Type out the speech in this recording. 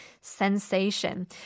sensation